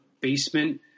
basement